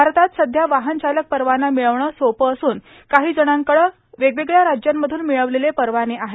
भारतात सध्या वाहन चालक परवाना मिळवणं सोपं असून काही जणांकडं वेगवेगळ्या राज्यांमधून मिळवलेले परवाने आहेत